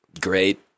great